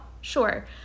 Sure